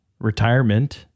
retirement